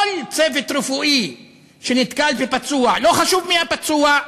כל צוות רפואי שנתקל בפצוע, לא חשוב מי הפצוע,